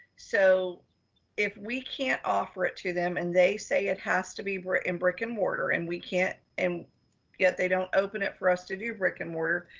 so if we can't offer it to them and they say it has to be we're in brick and mortar and we can't, and yet they don't open it for us to do brick and mortar.